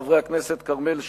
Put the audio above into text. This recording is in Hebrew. חברי הכנסת כרמל שאמה,